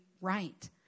right